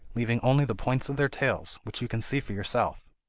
leaving only the points of their tails, which you can see for yourself